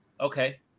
okay